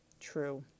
True